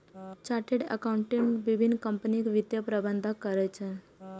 chartered accountant विभिन्न कंपनीक वित्तीय प्रबंधन करै छै